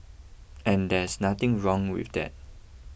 and there's nothing wrong with that